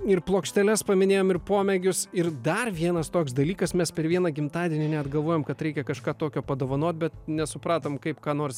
ir plokšteles paminėjom ir pomėgius ir dar vienas toks dalykas mes per vieną gimtadienį net galvojom kad reikia kažką tokio padovanot bet nesupratom kaip ką nors